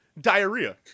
diarrhea